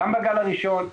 גם בגל הראשון,